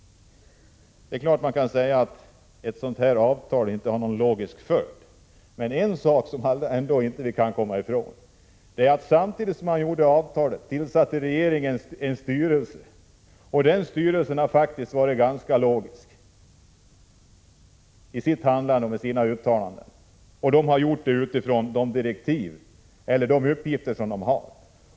Det är klart att man kan säga att ett sådant här avtal inte har någon logisk följd, men vi kan inte komma ifrån att regeringen, samtidigt som det här avtalet träffades, tillsatte en styrelse och att den styrelsen faktiskt har varit ganska logisk i sitt handlande och i sina uttalanden. Och styrelsen har handlat i enlighet med det uppdrag som den har.